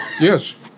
Yes